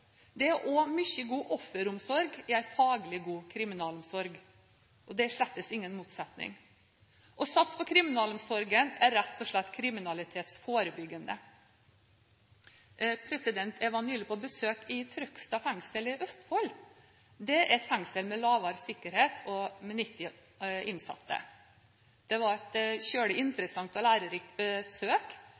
Det er også mye god offeromsorg i en faglig god kriminalomsorg. Det er slett ingen motsetning. Å satse på kriminalomsorgen er rett og slett kriminalitetsforebyggende. Jeg var nylig på besøk i Trøgstad fengsel i Østfold. Det er et fengsel med lavere sikkerhet med 90 innsatte. Det var et svært interessant og lærerikt besøk.